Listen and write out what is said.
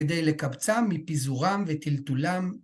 כדי לקבצם מפיזורם וטלטולם.